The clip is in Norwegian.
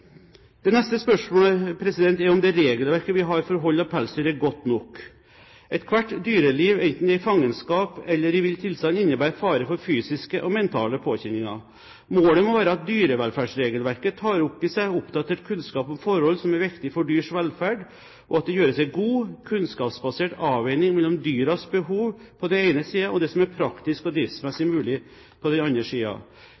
Det neste spørsmålet er om det regelverket vi har for hold av pelsdyr, er godt nok. Ethvert dyreliv, enten det er i fangenskap eller vill tilstand, innebærer fare for fysiske og mentale påkjenninger. Målet må være at dyrevelferdsregelverket tar opp i seg oppdatert kunnskap om forhold som er viktig for dyrs velferd, og at det gjøres en god, kunnskapsbasert avveining mellom dyrenes behov på den ene siden og det som er praktisk og